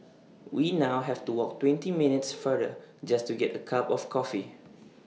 we now have to walk twenty minutes further just to get A cup of coffee